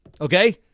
Okay